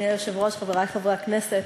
אדוני היושב-ראש, חברי חברי הכנסת,